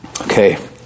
Okay